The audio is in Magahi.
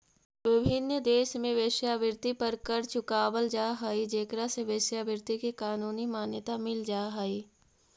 विभिन्न देश में वेश्यावृत्ति पर कर चुकावल जा हई जेकरा से वेश्यावृत्ति के कानूनी मान्यता मिल जा हई